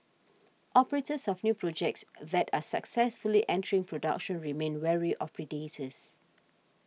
operators of new projects that are successfully entering production remain wary of predators